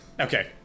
Okay